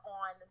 on